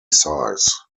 size